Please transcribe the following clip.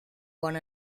one